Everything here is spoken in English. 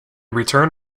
return